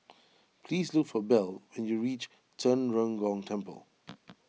please look for Bell when you reach Zhen Ren Gong Temple